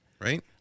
Right